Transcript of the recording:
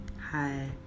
hi